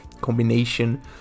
combination